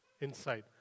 inside